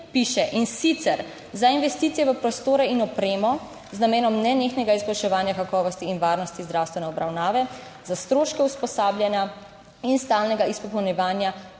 piše: "In sicer za investicije v prostore in opremo z namenom nenehnega izboljševanja kakovosti in varnosti zdravstvene obravnave za stroške usposabljanja in stalnega izpopolnjevanja